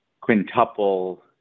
quintuple